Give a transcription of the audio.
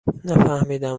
نفهمیدم